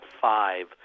five